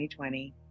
2020